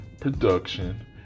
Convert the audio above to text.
Production